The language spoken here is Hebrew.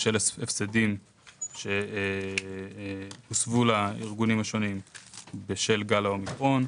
בשל הפסדים שהוסבו לארגונים השונים בשל גל האומיקרון.